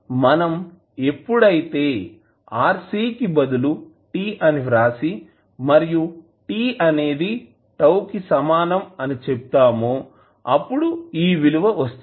మనం ఎప్పుడు అయితే RC కి బదులు t అని వ్రాసి మరియు t అనేది τ కి సమానం అని చెప్తామో అప్పుడు ఈ విలువ వస్తుంది